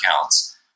accounts